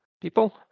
people